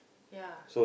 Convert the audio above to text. ya